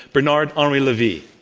bernard-henri levy.